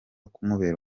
kumubera